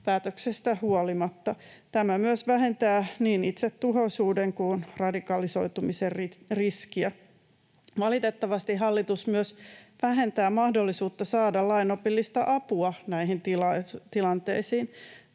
päätöksestä huolimatta. Tämä myös vähentää niin itsetuhoisuuden kuin radikalisoitumisen riskiä. Valitettavasti hallitus myös vähentää mahdollisuutta saada lainopillista apua näihin tilanteisiin.